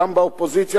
גם באופוזיציה,